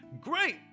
great